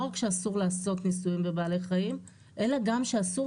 לא רק שאסור לעשות ניסויים בבעלי חיים אלא גם שאסור